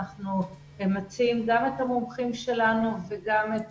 אנחנו מציעים גם את המומחים שלנו וגם את